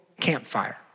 campfire